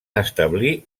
establir